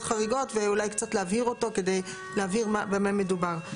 חריגות ואולי קצת להבהיר אותו כדי להבהיר במה מדובר.